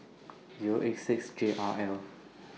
Zero eight six J R L